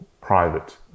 private